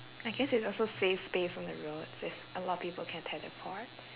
I guess it's also safe space on the roads if a lot of people can teleport